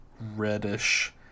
reddish